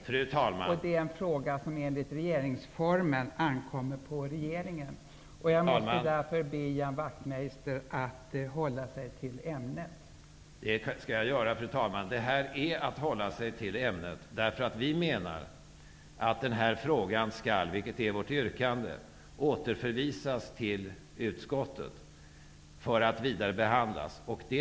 Fru talman! Det skall jag göra. Detta är att hålla sig till ämnet. Vi menar att denna fråga skall återförvisas till utskottet för att vidarebehandlas. Det är vårt yrkande.